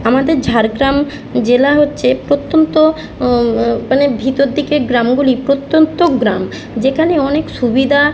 আমাদের ঝাড়গ্রাম জেলা হচ্ছে প্রত্যন্ত মানে ভিতর দিকের গ্রামগুলি প্রত্যন্ত গ্রাম যেখানে অনেক সুবিধা